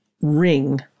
ring